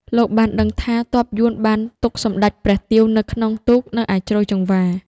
លោកបានដឹងថា ទ័ពយួនបានទុកសម្តេចព្រះទាវនៅក្នុងទូកនៅឯជ្រោយចង្វា។